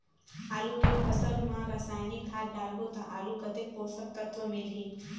आलू के फसल मा रसायनिक खाद डालबो ता आलू कतेक पोषक तत्व मिलही?